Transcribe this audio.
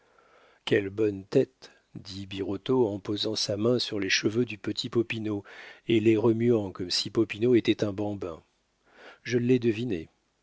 quelle bonne tête dit birotteau en posant sa main sur les cheveux du petit popinot et les remuant comme si popinot était un bambin je l'ai deviné